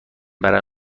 برای